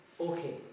Okay